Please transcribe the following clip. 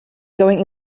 going